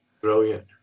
Brilliant